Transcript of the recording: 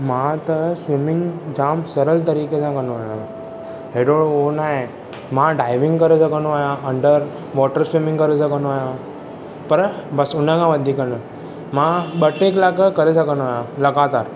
मां त स्विमिंग जाम सरल तरीक़े सां कन्दो आहियां एॾो उहो न आहे मां डाइविंग करे सघंदो आहियां अंडर वाटर स्विमिंग करे सघंदो आहियां पर बसि उन खां वधीक न मां ॿ टे क्लाक करे सघंदो आहियां लॻातार